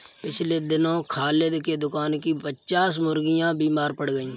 पिछले दिनों खालिद के दुकान की पच्चास मुर्गियां बीमार पड़ गईं